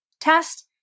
test